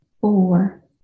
four